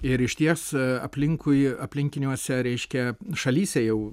ir išties aplinkui aplinkiniuose reiškia šalyse jau